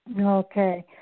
Okay